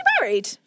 married